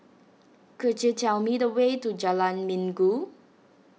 could you tell me the way to Jalan Minggu